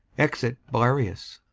exit belarius